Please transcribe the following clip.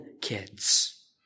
kids